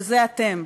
שזה אתם.